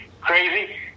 Crazy